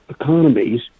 economies